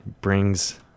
brings